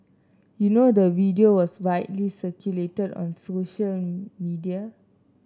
you know the video was widely circulated on social media